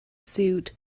suit